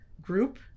group